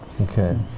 Okay